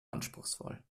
anspruchsvoll